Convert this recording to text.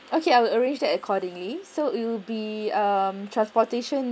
okay I will arrange that accordingly so it'll be um transportation